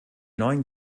neuen